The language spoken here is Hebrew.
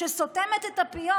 שסותמת את הפיות,